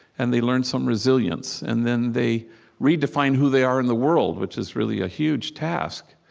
and they learn some resilience. and then they redefine who they are in the world, which is really a huge task.